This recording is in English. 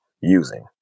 using